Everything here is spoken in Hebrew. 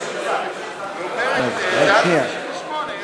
רק שנייה.